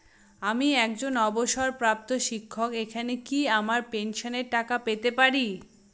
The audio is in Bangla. আমি একজন অবসরপ্রাপ্ত শিক্ষক এখানে কি আমার পেনশনের টাকা পেতে পারি?